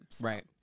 Right